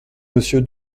monsieur